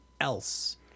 else